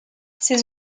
ses